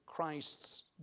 Christ's